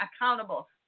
accountable